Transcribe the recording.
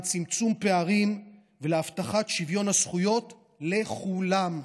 צמצום פערים ולהבטחת שוויון הזכויות לכולם.